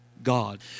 God